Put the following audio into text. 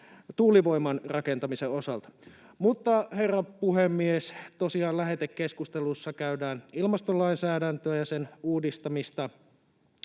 tuulivoiman rakentamisen osalta. Mutta, herra puhemies, tosiaan lähetekeskustelussa käydään ilmastolainsäädäntöä ja sen uudistamista,